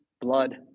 blood